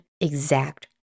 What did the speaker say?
exact